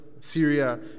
Syria